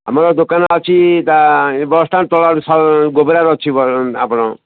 ଆମର ଦୋକାନ ଅଛି ତା ବସ୍ଷ୍ଟାଣ୍ଡ୍ ତଳଆଡ଼ୁ ସ ଗୋବରାରେ ଅଛି ଆପଣ